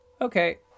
okay